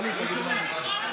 תעלי, תגידי מה את רוצה.